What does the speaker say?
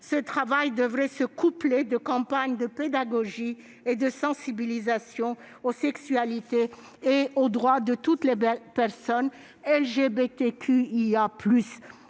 Ce travail devrait se coupler de campagnes de pédagogie et de sensibilisation aux sexualités et aux droits de toutes les personnes LGBTQIA+